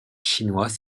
chinois